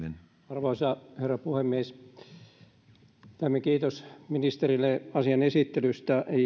arvoisa herra puhemies lämmin kiitos ministerille asian esittelystä